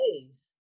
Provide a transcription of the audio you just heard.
days